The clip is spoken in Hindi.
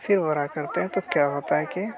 फिर बड़ा करते हैं तो क्या होता है कि